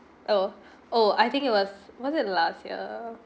oh oh I think it was was it last year